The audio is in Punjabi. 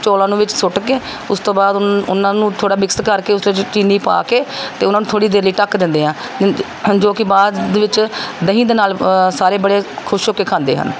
ਚੌਲਾਂ ਨੂੰ ਵਿੱਚ ਸੁੱਟ ਕੇ ਉਸ ਤੋਂ ਬਾਅਦ ਉਹਨ ਉਹਨਾਂ ਨੂੰ ਥੋੜ੍ਹਾ ਮਿਕਸ ਕਰਕੇ ਉਸ ਵਿੱਚ ਚੀਨੀ ਪਾ ਕੇ ਅਤੇ ਉਹਨਾਂ ਨੂੰ ਥੋੜ੍ਹੀ ਦੇਰ ਲਈ ਢੱਕ ਦਿੰਦੇ ਹਾਂ ਜੋ ਕਿ ਬਾਅਦ ਵਿੱਚ ਦਹੀਂ ਦੇ ਨਾਲ ਸਾਰੇ ਬੜੇ ਖੁਸ਼ ਹੋ ਕੇ ਖਾਂਦੇ ਹਨ